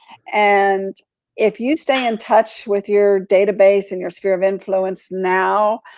and if you stay in touch with your database and your sphere of influence now,